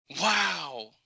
Wow